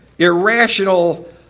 irrational